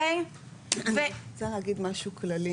אני רוצה להגיד משהו כללי,